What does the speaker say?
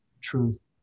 truth